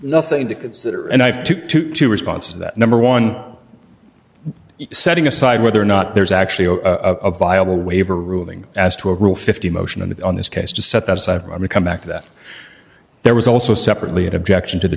nothing to consider and i have two to two responses that number one setting aside whether or not there's actually a viable waiver ruling as to a rule fifty motion and on this case to set that aside i may come back to that there was also separately an objection to the